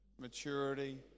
maturity